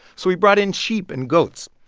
so he brought in sheep and goats.